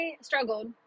struggled